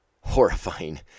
horrifying